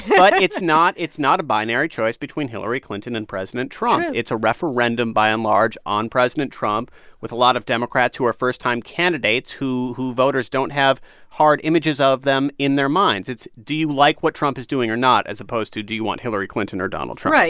but it's not it's not a binary choice between hillary clinton and president trump it's a referendum, by and large, on president trump with a lot of democrats who are first-time candidates, who who voters don't have hard images of them in their minds. it's, do you like what trump is doing or not? as opposed to, do you want hillary clinton or donald trump? right.